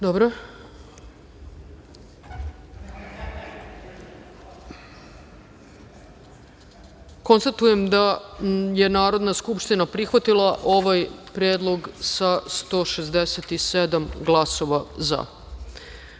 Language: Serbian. predlog. Konstatujem da je Narodna skupština prihvatila ovaj predlog sa 167 glasova